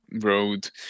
road